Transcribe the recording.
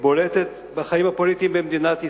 בולטת בחיים הפוליטיים במדינת ישראל,